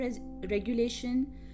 regulation